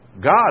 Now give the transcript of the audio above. God